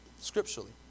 scripturally